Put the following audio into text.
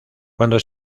cuando